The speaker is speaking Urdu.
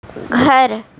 گھر